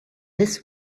this